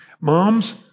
Moms